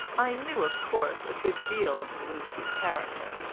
i knew of course a good deal of zaluski's character,